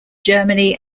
germany